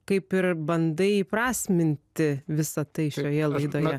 kaip ir bandai įprasminti visą tai šioje laidoje